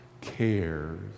cares